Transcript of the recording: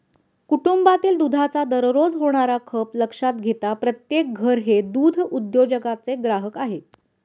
कुटुंबातील दुधाचा दररोज होणारा खप लक्षात घेता प्रत्येक घर हे दूध उद्योगाचे ग्राहक आहे